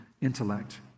intellect